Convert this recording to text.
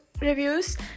reviews